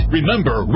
Remember